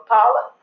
Paula